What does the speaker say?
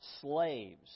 slaves